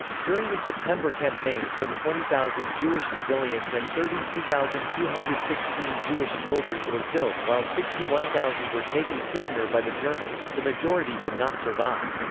during the september campaign some twenty thousand jewish civilians and thirty two thousand two hundred and sixteen jewish soldiers were killed, while sixty one thousand were taken prisoner by the germans the majority did not survive.